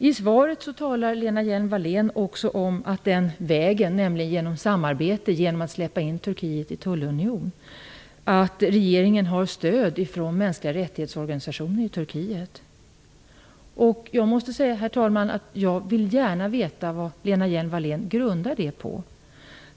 I svaret talar Lena Hjelm-Wallén också om att regeringen har stöd från organisationer för de mänskliga rättigheterna i Turkiet när det gäller vägen att genom samarbete släppa in Turkiet i en tullunion. Herr talman! Jag vill gärna veta vad Lena Hjelm Wallén grundar det på.